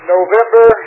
November